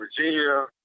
Virginia